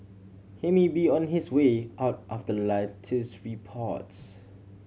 he may be on his way out after latest reports